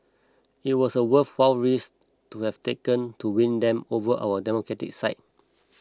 it was a worthwhile risk to have taken to win them over our democratic side